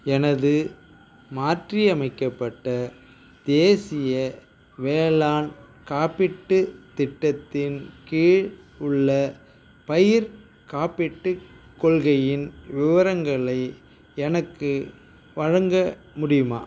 எனது மாற்றியமைக்கப்பட்ட தேசிய வேளாண் காப்பீட்டு திட்டத்தின் கீழ் உள்ள பயிர் காப்பீட்டுக் கொள்கையின் விவரங்களை எனக்கு வழங்க முடியுமா